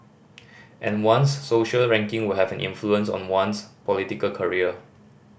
and one's social ranking will have an influence on one's political career